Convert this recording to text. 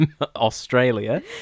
Australia